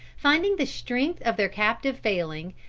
finding the strength of their captive failing,